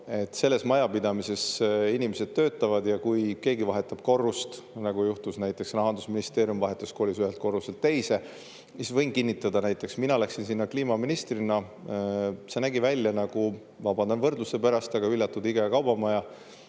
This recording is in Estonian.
Selles majapidamises inimesed töötavad ja kui keegi vahetab korrust, nagu juhtus näiteks Rahandusministeeriumiga, kes kolis ühelt korruselt teisele, siis võin kinnitada … Näiteks, kui mina läksin sinna kliimaministrina, siis see nägi välja nagu – vabandan võrdluse pärast – hüljatud IKEA kaubamaja: